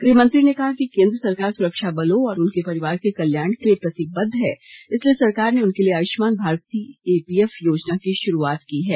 गृहमंत्री ने कहा कि केंद्र सरकार सुरक्षा बलों और उनके परिवार के कल्याण के लिए प्रतिबद्ध है इसलिए सरकार ने उनके लिए आयुष्मान भारत सीएपीएफ योजना की शुरूआत की है